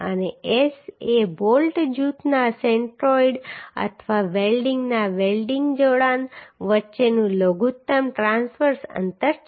અને S એ bolt જૂથના સેન્ટ્રોઇડ અથવા વેલ્ડિંગના વેલ્ડિંગ જોડાણ વચ્ચેનું લઘુત્તમ ટ્રાંસવર્સ અંતર છે